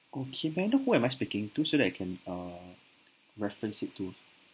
okay may I know who am I speaking to so that I can err reference it to